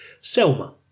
Selma